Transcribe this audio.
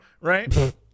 Right